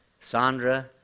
Sandra